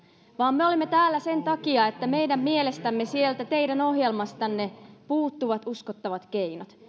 vaan me olemme täällä sen takia että meidän mielestämme sieltä teidän ohjelmastanne puuttuvat uskottavat keinot